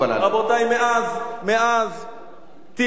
רבותי, מאז, מאז טילים,